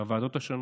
בוועדות השונות.